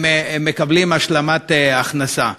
מקבלים השלמת הכנסה,